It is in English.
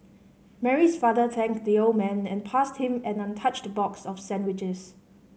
Mary's father thanked the old man and passed him an untouched box of sandwiches